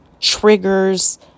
triggers